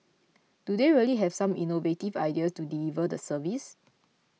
do they really have some innovative ideas to deliver the service